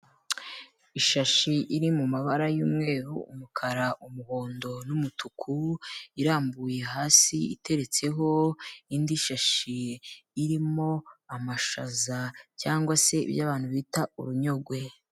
Ishashi iri mu mabara y'umweru, umukara, umuhondo n'umutuku irambuye hasi iteretseho indi shashi, irimo amashaza cyangwa se ibyo abantu bita urunyogwe.